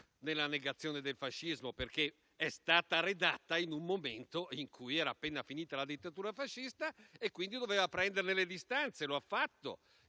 nella negazione del fascismo, perché è stata redatta in un momento in cui era appena finita la dittatura fascista e quindi doveva prenderne le distanze. Lo ha fatto